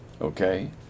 okay